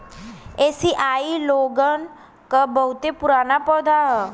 एसिआई लोगन क बहुते पुराना पौधा हौ